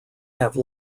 have